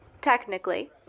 technically